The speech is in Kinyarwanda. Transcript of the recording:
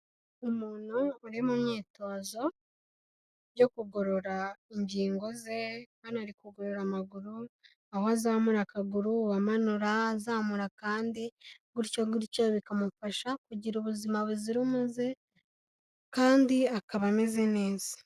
umuntu uri mu myitozo yo kugorora ingingo ze hano ari kugorora amaguru aho azamura akaguru amanura azamura akandi gutyo gutyo bikamufasha kugira ubuzima buzira umuze kandi akaba ameze neza